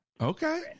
Okay